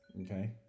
Okay